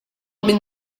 minn